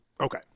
Okay